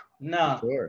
No